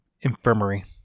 Infirmary